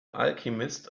alchemist